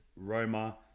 Roma